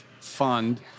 fund